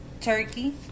turkey